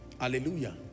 hallelujah